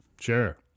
Sure